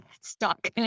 stuck